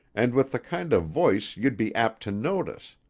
and with the kind of voice you'd be apt to notice.